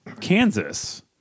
Kansas